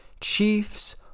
Chiefs